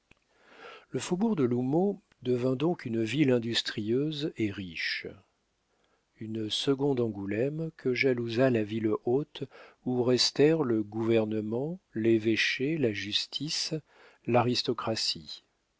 le faubourg de l'houmeau devint donc une ville industrieuse et riche une seconde angoulême que jalousa la ville haute où restèrent le gouvernement l'évêché la justice l'aristocratie